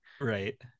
Right